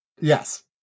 Yes